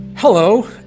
Hello